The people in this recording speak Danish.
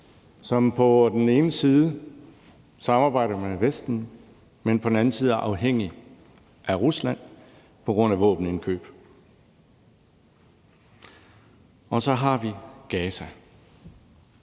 som på den ene side samarbejder med Vesten, men på den anden side er afhængig af Rusland på grund af våbenindkøb. Og så har vi Gaza